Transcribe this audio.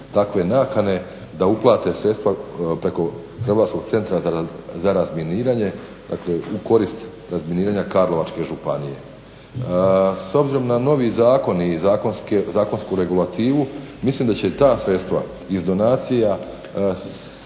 takve nakane da uplate sredstva preko Hrvatskog centra za razminiranje, dakle u korist razminiranja Karlovačke županije. S obzirom na novi zakon i zakonsku regulativu mislim da će ta sredstva iz donacija biti